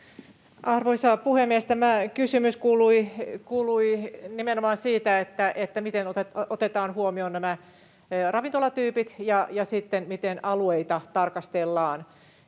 Arvoisa puhemies! Tämä kysymys kuului nimenomaan siitä, miten otetaan huomioon nämä ravintolatyypit ja miten alueita tarkastellaan.